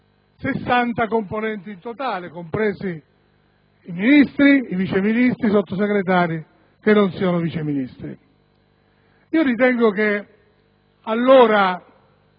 componenti in totale, compresi i Ministri, i Vice ministri ed i Sottosegretari che non siano Vice ministri. Ritengo che allora